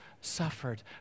suffered